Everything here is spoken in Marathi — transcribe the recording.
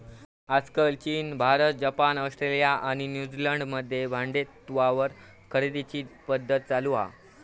आजकाल चीन, भारत, जपान, ऑस्ट्रेलिया आणि न्यूजीलंड मध्ये भाडेतत्त्वावर खरेदीची पध्दत चालु हा